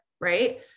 right